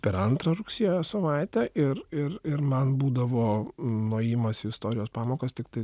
o per antrą rugsėjo savaitę ir ir ir man būdavo nuėjimas į istorijos pamokas tiktai